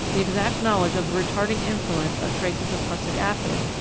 the exact knowledge of the retarding influence of traces of prussic acid,